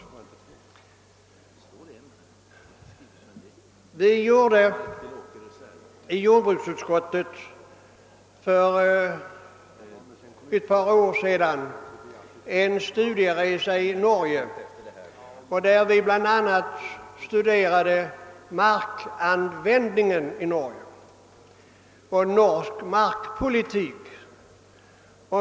Jordbruksutskottets medlemmar gjorde för några år sedan en studieresa i Norge, då vi bland annat studerade markanvändningen i detta land, d. v. s. norsk markpolitik.